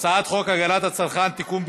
הצעת חוק הגנת הצרכן (תיקון,